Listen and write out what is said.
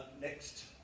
next